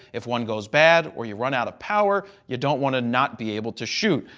if one goes bad or you run out of power you don't want to not be able to shoot.